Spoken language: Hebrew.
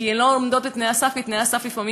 הן לא עומדות בתנאי הסף כי תנאי הסף לפעמים